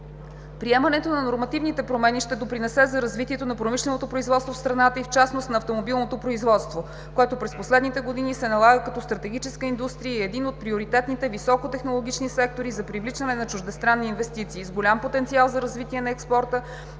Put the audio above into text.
Приемането на нормативните промени ще допринесе за развитието на промишленото производство в страната и в частност на автомобилното производство, което през последните години се налага като стратегическа индустрия и е един от приоритетните високотехнологични сектори за привличане на чуждестранни инвестиции, с голям потенциал за развитие на експорта,